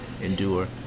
endure